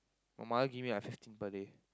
my mother give me like fifty per day